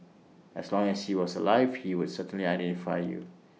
as long as he was alive he would certainly identify you